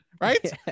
Right